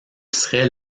serait